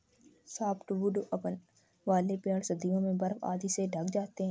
softwood वाले पेड़ सर्दियों में बर्फ आदि से ढँक जाते हैं